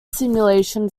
simulation